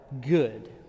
good